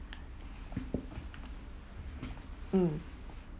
mm